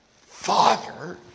Father